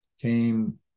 came